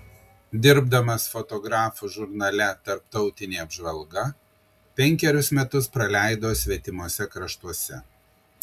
dirbdamas fotografu žurnale tarptautinė apžvalga penkerius metus praleido svetimuose kraštuose